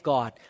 God